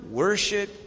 worship